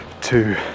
two